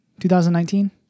2019